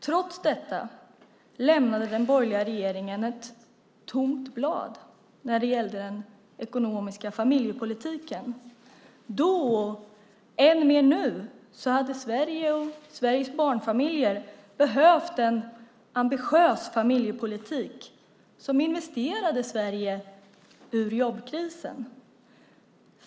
Trots detta lämnade den borgerliga regeringen ett tomt blad när det gällde den ekonomiska familjepolitiken. Då, och än mer nu, hade Sverige och Sveriges barnfamiljer behövt en ambitiös familjepolitik som investerade Sverige ur jobbkrisen.